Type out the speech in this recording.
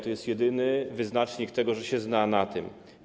To jest jedyny wyznacznik tego, że się na tym zna.